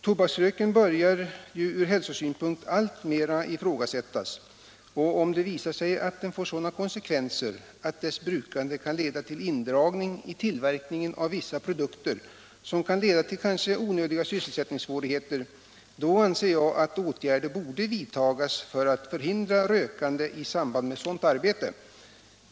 Tobaksrökningen börjar ju alltmer ifrågasättas, och om det visar sig att den får sådana konsekvenser att det kan leda till indragning av tillverkningen av vissa produkter med onödiga sysselsättningssvårigheter som följd, anser jag att åtgärder bör vidtas för att hindra rökning i samband med sådant arbete.